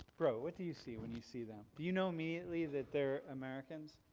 bro what do you see when you see them? do you know immediately that they're americans?